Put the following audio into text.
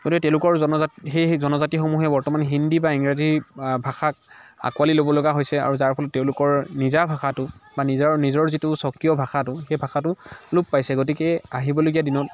গতিকে তেওঁলোকৰ জনজাতি সেই জনজাতিসমূহে বৰ্তমান হিন্দী বা ইংৰাজী ভাষাক আঁকোৱালি ল'ব লগা হৈছে আৰু যাৰ ফলত তেওঁলোকৰ নিজা ভাষাটো বা নিজৰ নিজৰ যিটো স্বকীয় ভাষাটো সেই ভাষাটো লোপ পাইছে গতিকে আহিবলগীয়া দিনত